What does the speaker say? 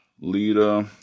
Lita